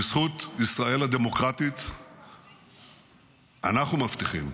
בזכות ישראל הדמוקרטית אנחנו מבטיחים,